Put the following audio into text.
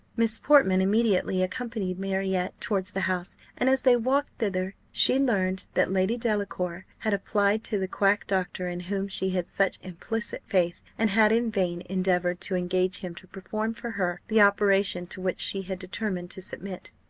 miss portman immediately accompanied marriott towards the house and as they walked thither, she learned that lady delacour had applied to the quack-doctor in whom she had such implicit faith, and had in vain endeavoured to engage him to perform for her the operation to which she had determined to submit.